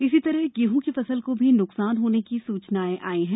इसी तरह गेंहूँ की फसल को भी नुकसान होने की सूचनाएं आई हैं